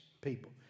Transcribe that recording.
people